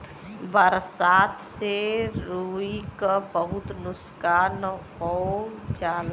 बरसात से रुई क बहुत नुकसान हो जाला